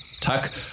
Tuck